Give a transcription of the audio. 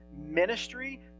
ministry